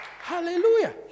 Hallelujah